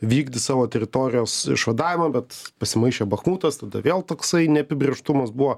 vykdys savo teritorijos išvadavimą bet pasimaišė bachmutas tada vėl toksai neapibrėžtumas buvo